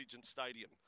Stadium